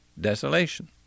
desolation